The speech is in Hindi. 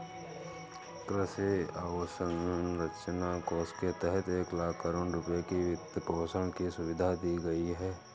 कृषि अवसंरचना कोष के तहत एक लाख करोड़ रुपए की वित्तपोषण की सुविधा दी गई है